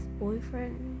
boyfriend